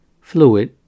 fluid